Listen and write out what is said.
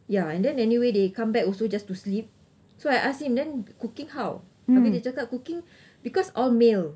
ya and then anyway they come back also just to sleep so I ask him then cooking how dia cakap cooking because all male